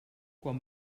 quan